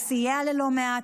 הוא סייע ללא מעט,